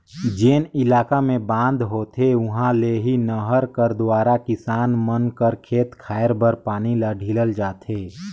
जेन इलाका मे बांध होथे उहा ले ही नहर कर दुवारा किसान मन कर खेत खाएर बर पानी ल ढीलल जाथे